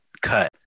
cut